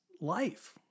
life